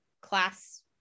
class